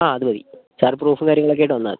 ആ അത് മതി സാർ പ്രൂഫും കാര്യങ്ങളൊക്കെ ആയിട്ട് വന്നാൽ മതി